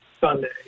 Sunday